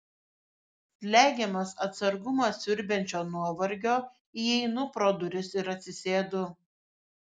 slegiamas atsargumą siurbiančio nuovargio įeinu pro duris ir atsisėdu